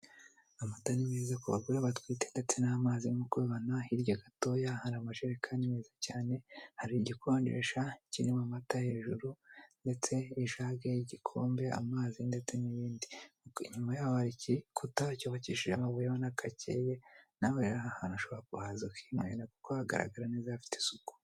Amata ni meza ku bagore batwite ndetse n'amazi nkuko ubibona, hirya gatoya hari amajerereka meza cyane, hari igikonjesha kirimo amata, hejuru ndetse ijage, igikombe, amazi ndetse n'ibindi. Inyuma yaho hari ikikuta cyubakishije amabuye ubona ko akeye, nawe rero aha hantu ushobora kuhaza ukahanywera, kuko hagaragara neza hafite isuku.